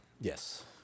Yes